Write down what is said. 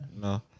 No